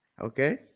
okay